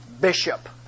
bishop